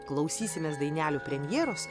klausysimės dainelių premjeros